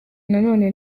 nanone